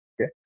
Okay